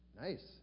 nice